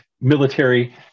military